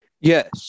Yes